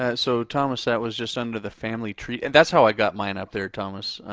and so thomas that was just under the family tree, and that's how i got mine up there, thomas.